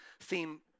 theme